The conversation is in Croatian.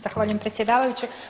Zahvaljujem predsjedavajući.